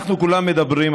אנחנו כולם מדברים,